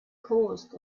caused